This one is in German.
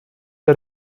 der